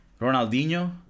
Ronaldinho